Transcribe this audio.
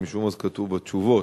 אבל משום מה זה כתוב בתשובות.